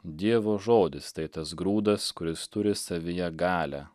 dievo žodis tai tas grūdas kuris turi savyje galią